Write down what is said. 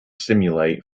stimulate